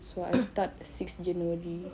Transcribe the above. so I start six january